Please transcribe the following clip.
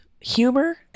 humor